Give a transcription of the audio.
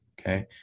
Okay